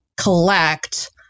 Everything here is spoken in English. collect